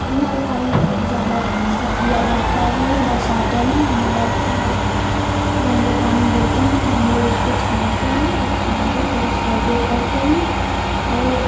नल का ही उपयोग ज़्यादा अक्सर किया जाता है बरसातों में हमारा नल गंदे पानी देते हैं तो हम लोग उसको छानते हैं और छानकर तब उसका उपयोग करते हैं और